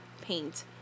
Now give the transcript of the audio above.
paint